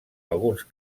alguns